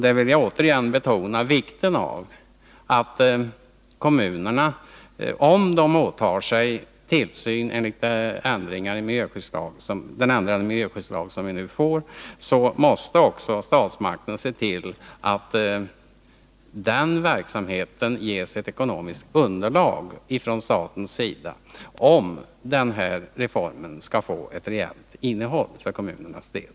Där vill jag återigen betona vikten av att om kommunerna åtar sig tillsynen enligt den ändrade miljöskyddslag som vi nu får, så måste staten se tillatt den verksamheten ges ett ekonomiskt underlag från statens sida — detta för att den här reformen skall få ett reellt innehåll för kommunernas del.